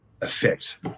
effect